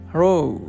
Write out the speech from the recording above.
Hello